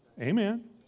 Amen